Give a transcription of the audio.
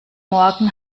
morgen